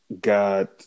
got